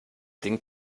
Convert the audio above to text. ding